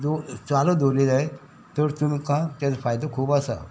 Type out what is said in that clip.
दवर चालू दवरले जायत तर तुमकां तेजो फायदो खूब आसा